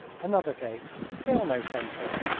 another gate still no sentry!